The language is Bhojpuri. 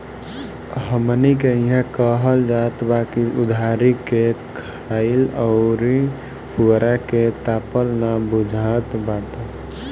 हमनी के इहां कहल जात बा की उधारी के खाईल अउरी पुअरा के तापल ना बुझात बाटे